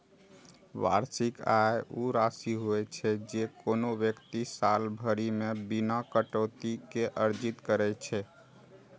वार्षिक आय ऊ राशि होइ छै, जे कोनो व्यक्ति साल भरि मे बिना कटौती के अर्जित करै छै